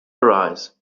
arise